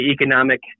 economic